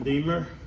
Redeemer